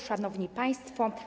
Szanowni Państwo!